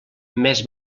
més